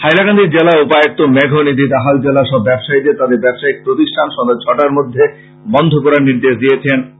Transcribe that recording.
হাইলাকান্দির জেলা উপায়ুক্ত মেঘ নিধি দাহাল জেলার সব ব্যবসায়ীদের তাদের ব্যবসায়িক প্রতিষ্ঠান সন্ধ্যা ছটার মধ্যে বন্ধ করার নির্দেশ দিয়েছেন